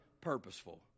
purposeful